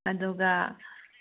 ꯑꯗꯨꯒ